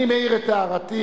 אני מעיר את הערתי